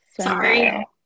Sorry